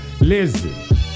Listen